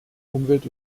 umwelt